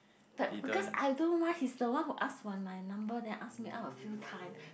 but because I don't know why he's the one who ask for my number then ask me out a few time